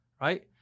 right